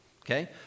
okay